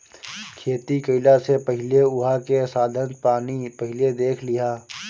खेती कईला से पहिले उहाँ के साधन पानी पहिले देख लिहअ